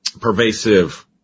pervasive